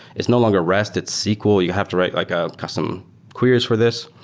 it's no longer rest it's sql. you have to write like ah custom queries for this.